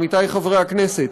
עמיתי חברי הכנסת,